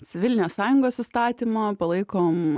civilinės sąjungos įstatymą palaikom